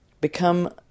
Become